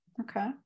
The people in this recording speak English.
okay